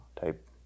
type